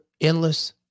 endless